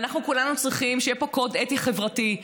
ואנחנו כולנו צריכים שיהיה פה קוד אתי חברתי.